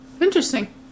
Interesting